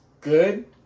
good